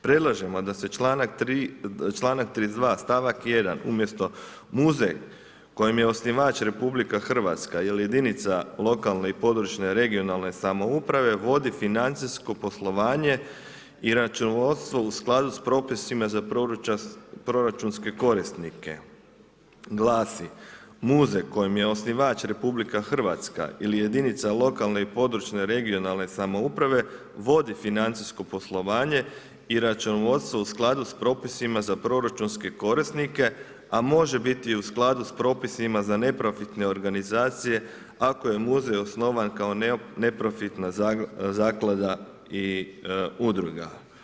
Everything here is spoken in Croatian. Predlažemo da se članak 32. stavak 1. umjesto muzej kojem je osnivač Republika Hrvatska ili jedinica lokalne i područne (regionalne) samouprave vodi financijsko poslovanje i računovodstvo u skladu sa propisima za proračunske korisnike glasi: Muzej kojem je osnivač Republika Hrvatska ili jedinica lokalne i područne (regionalne) samouprave vodi financijsko poslovanje i računovodstvo u skladu sa propisima za proračunske korisnike, a može biti i u skladu sa propisima za neprofitne organizacije ako je muzej osnovan kao neprofitna zaklada i udruga.